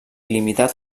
limitat